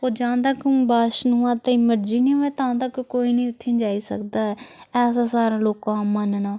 ओह् जां तक बैशनो माता दी मर्जी नी होऐ ते तां तक कोई नी उत्थें जाई सकदा ऐ ऐसा सारें लोकां दा मन्नना